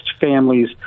families